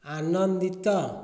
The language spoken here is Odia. ଆନନ୍ଦିତ